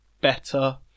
better